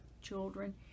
children